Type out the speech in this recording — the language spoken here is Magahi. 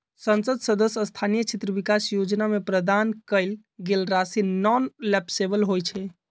संसद सदस्य स्थानीय क्षेत्र विकास जोजना में प्रदान कएल गेल राशि नॉन लैप्सबल होइ छइ